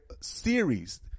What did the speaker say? series